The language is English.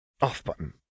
off-button